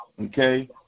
okay